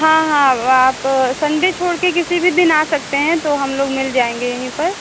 हाँ हाँ आप संडे छोड़कर किसी भी दिन आ सकते हैं तो हम लोग मिल जाएँगे यहीं पर